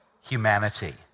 humanity